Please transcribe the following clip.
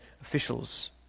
officials